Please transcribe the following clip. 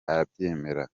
arabyemera